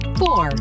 four